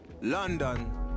London